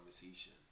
conversation